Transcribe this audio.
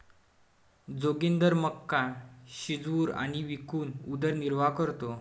जोगिंदर मका शिजवून आणि विकून उदरनिर्वाह करतो